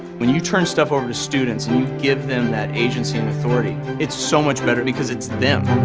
when you turn stuff over to students and you give them that agency and authority, it's so much better because it's them.